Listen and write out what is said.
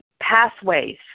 pathways